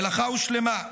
המלאכה הושלמה.